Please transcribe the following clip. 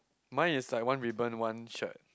mine is like one ribbon one shirt